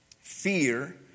Fear